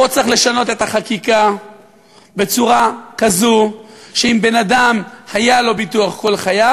פה צריך לשנות את החקיקה בצורה כזו שאם לבן-אדם היה ביטוח כל חייו,